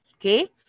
okay